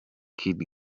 kid